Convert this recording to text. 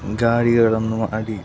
ಗಾಡಿಗಳನ್ನು ಆಡಿ